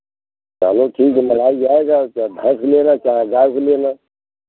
चलो ठीक है मलाई जाएगा चाहे भैंस लेना चाहे गाय के लेना